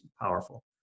powerful